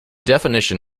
definition